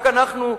רק אנחנו,